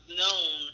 known